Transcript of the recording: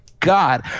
God